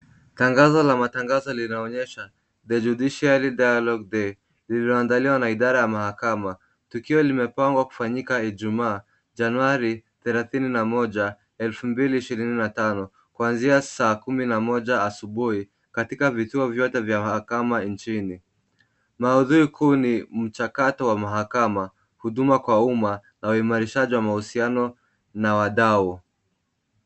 Tangazo la matangazo linaonyesha The Judiciary Dialogue Day , lililoandaliwa na idara ya mahakama. Tukio limepangwa kufanyika Ijumaa, Januari 31, 2025, kuanzia saa kumi na moja asubuhi katika vituo vyote vya mahakama nchini. Maudhui kuu ni mchakato wa mahakama, huduma kwa umma na uimarishaji wa mahusiano na wadau.